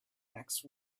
next